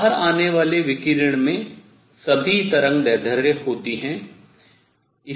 बाहर आने वाले विकिरण में सभी तरंगदैर्ध्य होती हैं